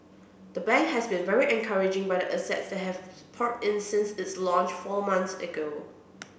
the bank has been very encouraging by the assets that have poured in since its launch four months ago